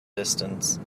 distance